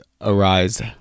arise